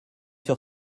sur